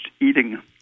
eating